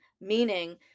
Meaning